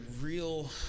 real